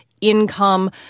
income